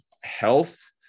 health